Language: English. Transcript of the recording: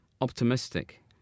optimistic